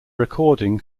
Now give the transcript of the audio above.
recording